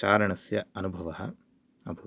चारणस्य अनुभवः अभूत्